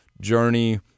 journey